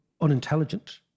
unintelligent